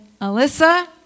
Alyssa